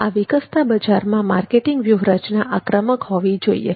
આ વિકસતા બજારમાં માર્કેટિંગ વ્યૂહરચના આક્રમક હોવી જોઈએ